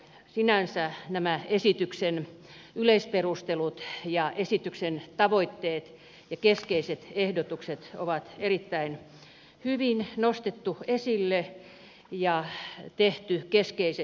sinänsä nämä esityksen yleisperustelut ja esityksen tavoitteet ja keskeiset ehdotukset on erittäin hyvin nostettu esille ja tehdyt ehdotukset ovat keskeisiä